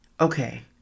okay